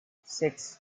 six